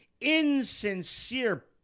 insincere